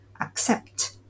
accept